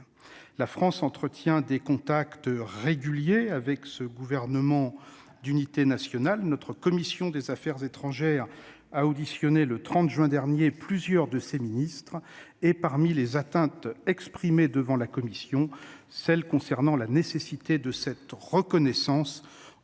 La France entretient des contacts réguliers avec ce Gouvernement d'unité nationale. Ainsi, la commission des affaires étrangères du Sénat a auditionné le 30 juin dernier plusieurs de ses membres. Parmi les attentes qu'ils ont exprimées devant la commission, celle concernant la nécessité de reconnaître